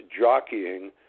jockeying